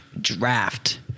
draft